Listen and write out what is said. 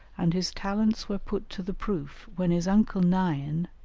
and his talents were put to the proof when his uncle naian,